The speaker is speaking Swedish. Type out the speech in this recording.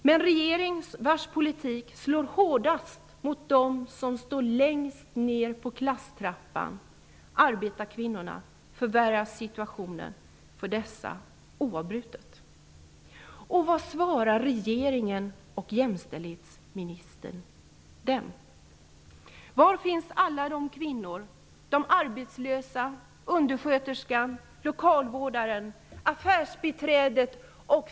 Med en regering vars politik slår hårdast mot dem som står längst ner på klasstrappan, arbetarkvinnorna, förvärras situationen för dessa oavbrutet.